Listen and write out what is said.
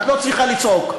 את לא צריכה לצעוק,